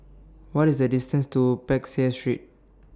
What IS The distance to Peck Seah Street